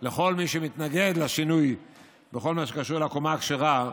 לכל מי שמתנגד לשינוי בכל מה שקשור לקומה הכשרה,